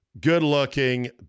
good-looking